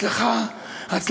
הצלחה רבה.